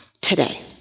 today